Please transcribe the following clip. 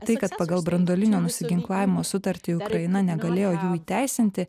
tai kad pagal branduolinio nusiginklavimo sutartį ukraina negalėjo jų įteisinti